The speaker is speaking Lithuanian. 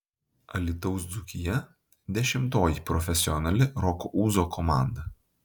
alytaus dzūkija dešimtoji profesionali roko ūzo komanda